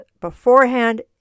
beforehand